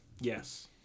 Yes